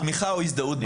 תמיכה או הזדהות בטרור.